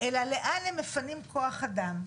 אלא לאן הם מפנים כוח אדם.